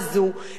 אין בשורה,